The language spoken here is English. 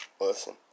Listen